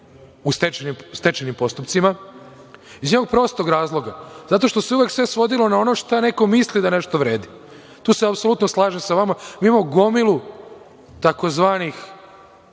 u stečajnim postupcima iz jednog prostog razloga, zato što se uvek sve svodilo na ono što je neko mislio da nešto vredi. Tu se apsolutno slažem sa vama. Mi imamo gomilu tzv.